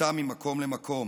מרכולתם ממקום למקום.